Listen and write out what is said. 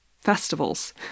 festivals